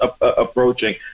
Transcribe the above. approaching